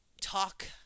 talk